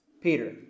Peter